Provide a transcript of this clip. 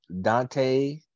Dante